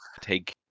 Take